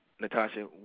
Natasha